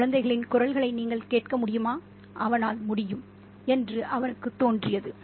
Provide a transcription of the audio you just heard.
குழந்தைகளின் குரல்களை நீங்கள் கேட்க முடியுமா அவனால் முடியும் என்று அவருக்குத் தோன்றியது